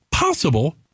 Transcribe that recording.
Possible